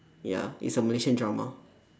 ya it's a malaysian drama